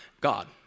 God